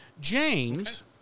James